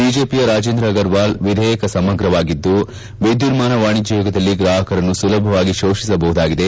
ಬಿಜೆಪಿಯ ರಾಜೇಂದ್ರ ಅಗರ್ವಾಲ್ ವಿಧೇಯಕ ಸಮಗ್ರವಾಗಿದ್ದು ವಿದ್ದುನ್ನಾನ ವಾಣಿಜ್ಯ ಯುಗದಲ್ಲಿ ಗ್ರಾಹಕರನ್ನು ಸುಲಭವಾಗಿ ಶೋಷಿಸಬಹುದಾಗಿದೆ